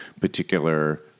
particular